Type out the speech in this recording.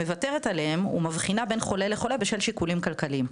מוותרת עליהם ומבדילה בין חולה לחולה בשל שיקולים כלכליים,